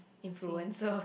influence so